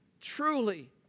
truly